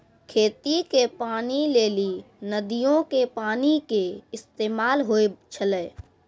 खेती के पानी लेली नदीयो के पानी के इस्तेमाल होय छलै